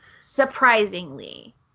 Surprisingly